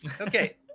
Okay